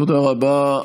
תודה רבה.